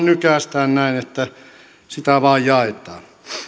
nykäistään näin ja että sitä vain jaetaan